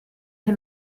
che